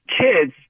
kids